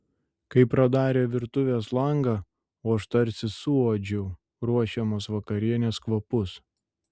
kai pradarė virtuvės langą o aš tarsi suuodžiau ruošiamos vakarienės kvapus